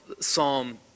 psalm